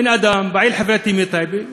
פעיל חברתי מטייבה: